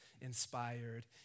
inspired